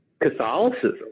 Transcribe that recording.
Catholicism